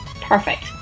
perfect